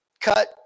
cut